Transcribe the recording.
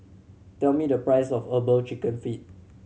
tell me the price of Herbal Chicken Feet